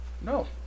No